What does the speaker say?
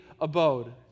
abode